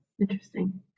Interesting